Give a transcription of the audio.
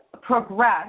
progress